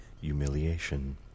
humiliation